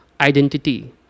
identity